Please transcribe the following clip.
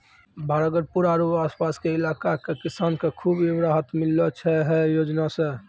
भागलपुर आरो आस पास के इलाका के किसान कॅ भी खूब राहत मिललो छै है योजना सॅ